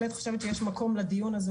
ולהנגיש אותו לכל הקהלים אם זה ערבים,